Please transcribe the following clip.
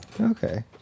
okay